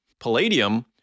Palladium